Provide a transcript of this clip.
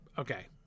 Okay